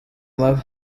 mabi